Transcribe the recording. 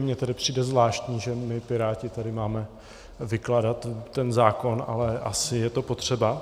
Mně tedy přijde zvláštní, že my Piráti tady máme vykládat ten zákon, ale asi je to potřeba.